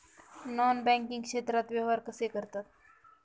Non banking क्षेत्रात व्यवहार कसे करतात?